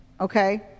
Okay